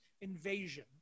invasion